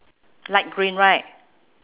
light green right